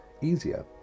easier